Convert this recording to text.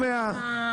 של